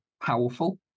powerful